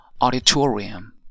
auditorium